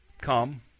come